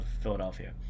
Philadelphia